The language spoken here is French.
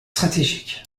stratégiques